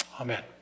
Amen